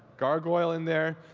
gargoyle in there.